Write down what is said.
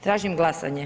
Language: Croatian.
Tražim glasanje.